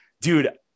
dude